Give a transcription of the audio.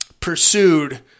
pursued